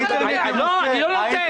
אני לא נותן